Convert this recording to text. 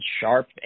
Sharp